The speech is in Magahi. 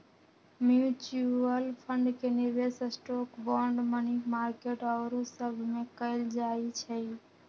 म्यूच्यूअल फंड के निवेश स्टॉक, बांड, मनी मार्केट आउरो सभमें कएल जाइ छइ